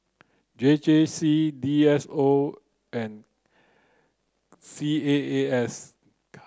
J J C D S O and C A A S